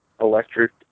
electric